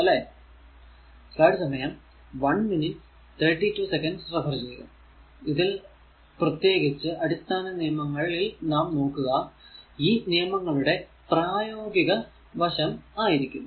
അല്ലെ ഇതിൽ പ്രത്യേകിച്ച് അടിസ്ഥാന നിയമങ്ങളിൽ നാം നോക്കുക ഈ നിയമങ്ങളുടെ പ്രായോഗിക വശം ആയിരിക്കും